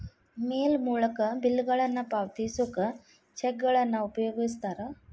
ಮೇಲ್ ಮೂಲಕ ಬಿಲ್ಗಳನ್ನ ಪಾವತಿಸೋಕ ಚೆಕ್ಗಳನ್ನ ಉಪಯೋಗಿಸ್ತಾರ